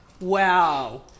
Wow